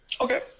Okay